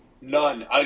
none